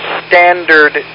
standard